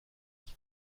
qui